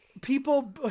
people